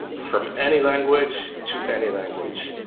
from any language to any language.